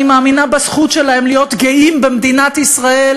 אני מאמינה בזכות שלהם להיות גאים במדינת ישראל